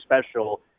special